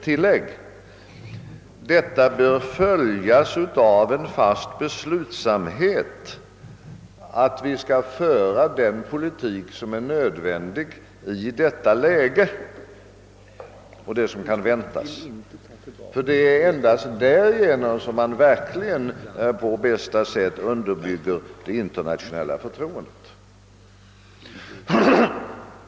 Beslutet bör följas av en fast beslutsamhet att föra den politik som är nödvändig i detta läge och det som kan väntas. Det är endast därigenom som man verkligen på bästa sätt underbygger det internationella förtroendet.